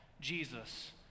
Jesus